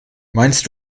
meinst